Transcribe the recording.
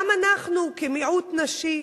גם אנחנו כמיעוט נשי,